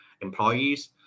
employees